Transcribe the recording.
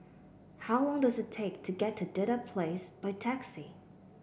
how long does it take to get to Dedap Place by taxi